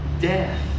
death